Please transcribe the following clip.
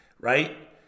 right